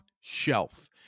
shelf